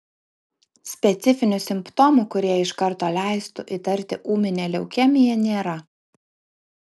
specifinių simptomų kurie iš karto leistų įtarti ūminę leukemiją nėra